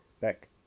back